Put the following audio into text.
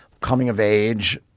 coming-of-age